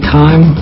time